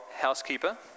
housekeeper